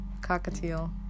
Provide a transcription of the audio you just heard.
cockatiel